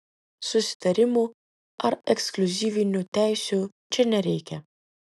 susitarimų ar ekskliuzyvinių teisių čia nereikia